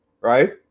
Right